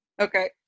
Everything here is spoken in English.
Okay